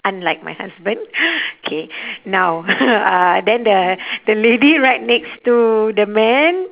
unlike my husband K now uh then the the lady right next to the man